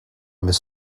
més